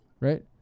right